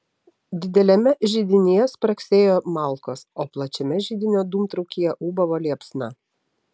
dideliame židinyje spragsėjo malkos o plačiame židinio dūmtraukyje ūbavo liepsna